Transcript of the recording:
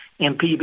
MPB